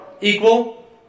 equal